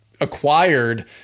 acquired